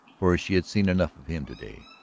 for she had seen enough of him to-day,